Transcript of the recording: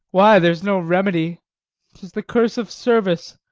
why, there's no remedy tis the curse of service,